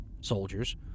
soldiers